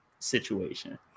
Situation